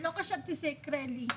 ולא חשבתי שזה יקרה לי.